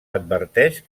adverteix